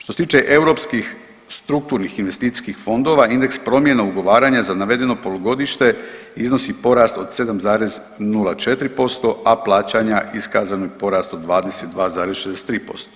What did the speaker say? Što se tiče europskih strukturnih investicijskih fondova indeks promjena ugovaranja za navedeno polugodište iznosi porast od 7,04%, a plaćanja iskazani porast od 22,63%